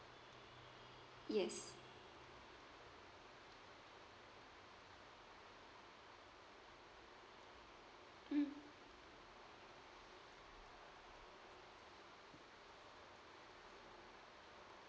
yes mm